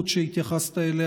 כבוד חבר הכנסת קריב.